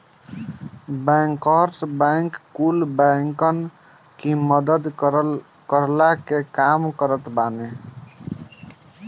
bankers bank कुल बैंकन की मदद करला के काम करत बाने